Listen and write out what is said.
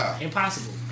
Impossible